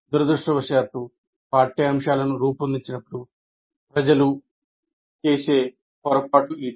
దురదృష్టవశాత్తు పాఠ్యాంశాలను రూపొందించినప్పుడు ప్రజలు చేసే పొరపాటు ఇది